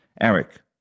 Eric